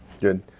Good